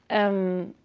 and um,